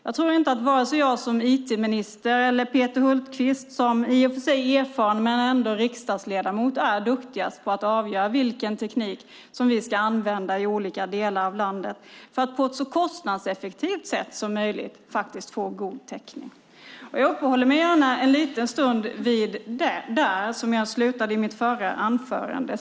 Jag tror inte att vare sig jag som IT-minister eller Peter Hultqvist, som i och för sig är en erfaren riksdagsledamot, är duktigast på att avgöra vilken teknik som vi ska använda i olika delar av landet för att på ett så kostnadseffektivt sätt som möjligt faktiskt få god täckning. Jag uppehåller mig gärna en liten stund vid det som jag slutade mitt förra inlägg med.